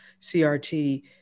CRT